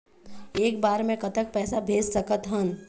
एक बार मे कतक पैसा भेज सकत हन?